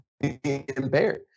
impaired